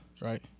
right